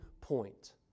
point